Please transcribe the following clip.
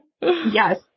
Yes